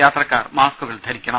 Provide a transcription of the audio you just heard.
യാത്രക്കാർ മാസ്കുകൾ ധരിക്കണം